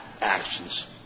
actions